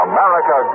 America